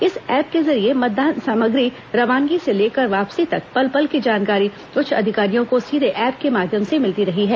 इस ऐप के जरिये मतदान सामग्री रवानगी से लेकर वापसी तक पल पल की जानकारी उच्च अधिकारियों को सीधे ऐप के माध्यम से मिलती रही है